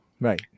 Right